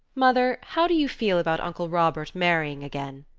mother, how do you feel about uncle robert marrying again?